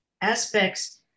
aspects